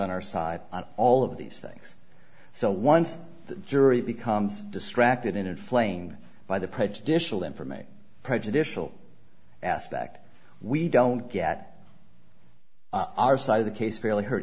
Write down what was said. on our side on all of these things so once the jury becomes distracted and inflamed by the prejudicial information prejudicial aspect we don't get our side of the case fairly h